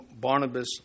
Barnabas